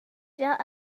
built